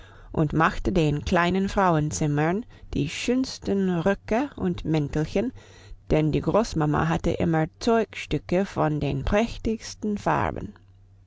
und machte den kleinen frauenzimmern die schönsten röcke und mäntelchen denn die großmama hatte immer zeugstücke von den prächtigsten farben